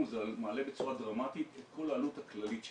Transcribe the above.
זה מעלה בצורה דרמטית את כל העלות הכללית שלנו.